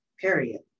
period